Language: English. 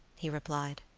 he replied.